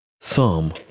Psalm